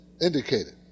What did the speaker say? indicated